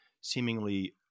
seemingly